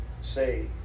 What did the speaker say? say